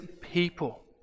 people